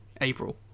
April